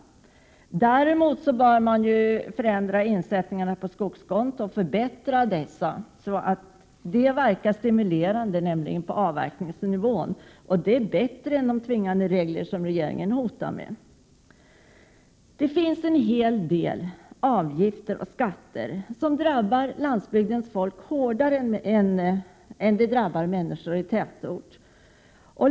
Däremot bör möjligheterna till insättningar på skogskonto förbättras. Sådana inverkar nämligen stimulerande på avverkningsnivån och är bättre än de tvingande regler som regeringen hotar med. En hel del avgifter och skatter drabbar landsbygdens folk hårdare än människor i tätort.